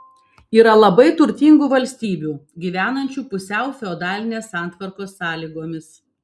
yra labai turtingų valstybių gyvenančių pusiau feodalinės santvarkos sąlygomis